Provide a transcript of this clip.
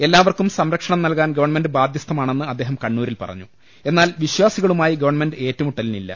എല്ലാവർക്കും സംരക്ഷണം നൽകാൻ ഗവൺമെന്റ് ബാധ്യസ്ഥ മാണെന്ന് അദ്ദേഹം കണ്ണൂരിൽ പറഞ്ഞു എന്നാൽ വിശ്വാസികളുമായി ഗവൺമെന്റ് ഏറ്റുമുട്ടലിനില്ല